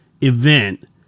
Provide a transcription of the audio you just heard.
event